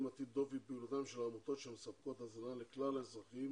מטיל דופי בפעילותן של העמותות שמספקות הזנה לכלל האזרחים